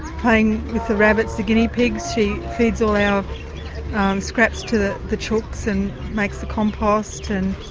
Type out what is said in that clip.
playing with the rabbits, the guinea pigs she feeds all our scraps to the the chooks and makes the compost and.